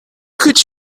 could